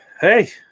hey